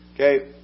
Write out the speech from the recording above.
okay